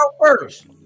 first